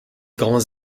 grands